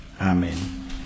Amen